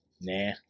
Nah